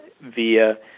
via